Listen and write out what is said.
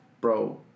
bro